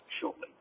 shortly